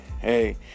hey